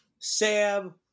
Sam